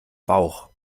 bauch